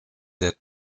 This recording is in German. der